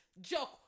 Joke